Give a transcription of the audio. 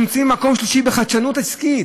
אנחנו נמצאים במקום שלישי בחדשנות עסקית,